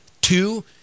Two